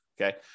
okay